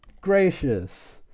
gracious